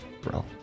bro